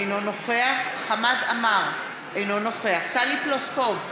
אינו נוכח חמד עמאר, אינו נוכח טלי פלוסקוב,